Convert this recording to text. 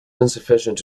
insufficient